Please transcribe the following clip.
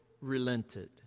relented